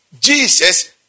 Jesus